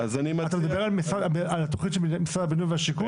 אתה מדבר על התכנית של משרד הבינוי והשיכון?